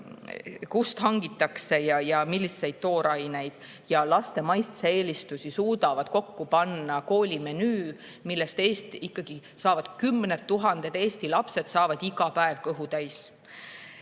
kust hangitakse ja milliseid tooraineid, ning laste maitse-eelistusi, suudavad kokku panna koolimenüü, millest ikkagi kümned tuhanded Eesti lapsed saavad iga päev kõhu täis. Nüüd,